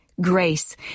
Grace